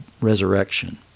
resurrection